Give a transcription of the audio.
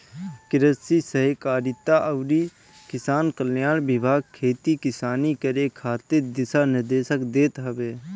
कृषि सहकारिता अउरी किसान कल्याण विभाग खेती किसानी करे खातिर दिशा निर्देश देत हवे